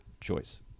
choice